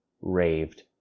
raved